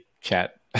chat